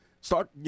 start